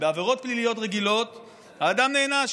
ובעבירות פליליות רגילות האדם נענש,